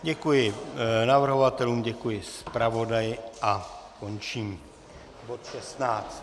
Děkuji navrhovatelům, děkuji zpravodaji a končím bod 16.